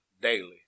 daily